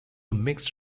mixed